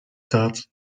thought